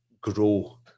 grow